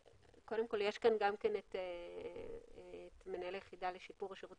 נמצא כאן מנהל היחידה לשיפור השירות